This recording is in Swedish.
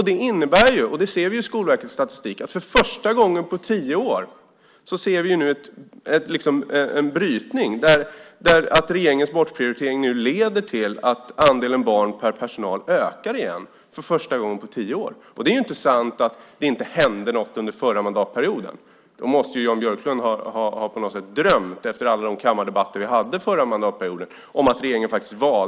Det innebär, och det ser vi i Skolverkets statistik, att vi för första gången på tio år ser en brytning. Regeringens bortprioritering leder till att andelen barn per personal ökar igen för första gången på tio år. Det är inte sant att det inte hände något under förra mandatperioden. Det måste Jan Björklund ha drömt efter alla de kammardebatter som vi hade förra mandatperioden.